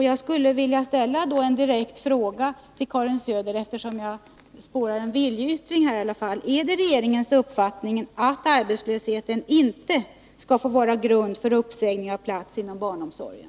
Jag vill ställa en direkt fråga till Karin Söder, eftersom jag här spårar i varje fall en viljeyttring: Är det regeringens uppfattning att arbetslöshet inte skall få vara grund för uppsägning av plats inom barnomsorgen?